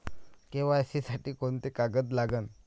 KYC साठी कोंते कागद लागन?